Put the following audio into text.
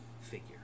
figure